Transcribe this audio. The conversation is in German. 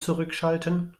zurückschalten